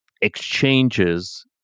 exchanges